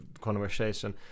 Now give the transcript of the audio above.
conversation